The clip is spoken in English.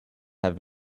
have